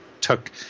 took